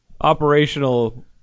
operational